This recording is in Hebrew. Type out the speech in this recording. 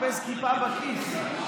לחפש כיפה בכיס.